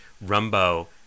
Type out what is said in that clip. Rumbo